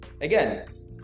again